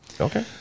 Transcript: Okay